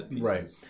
right